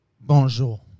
Bonjour